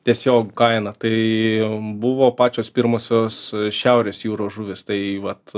tiesiog kainą tai buvo pačios pirmosios šiaurės jūros žuvys tai vat